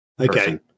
Okay